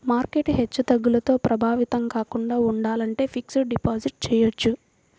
market హెచ్చుతగ్గులతో ప్రభావితం కాకుండా ఉండాలంటే ఫిక్స్డ్ డిపాజిట్ చెయ్యొచ్చు